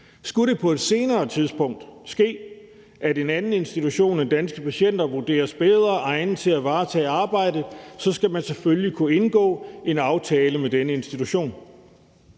Skulle det på et senere tidspunkt ske, at en anden institution end Danske Patienter vurderes bedre egnet til at varetage arbejdet, skal man selvfølgelig kunne indgå en aftale med denne institution.